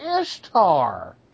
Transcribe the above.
ishtar